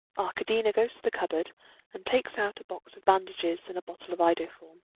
arkadina goes to the cupboard and takes out a box of bandages and a bottle of iodoform.